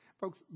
Folks